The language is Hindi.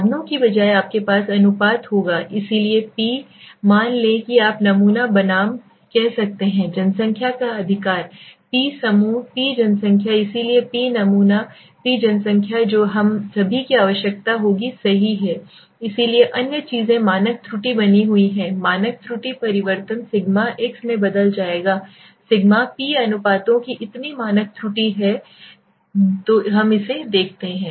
साधनों के बजाय आपके पास अनुपात होगा इसलिए p मान लें कि आप नमूना बनाम कह सकते हैं जनसंख्या का अधिकार p समूह p जनसंख्या इसलिए p नमूना p जनसंख्या जो हम सभी की आवश्यकता होगी सही है इसलिए अन्य चीजें मानक त्रुटि बनी हुई हैं मानक त्रुटि परिवर्तन सिग्मा एक्स में बदल जाएगा सिग्मा पी अनुपातों की इतनी मानक त्रुटि ठीक है तो हम इसे देखते हैं